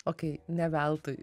okei ne veltui